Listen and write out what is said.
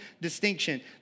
distinction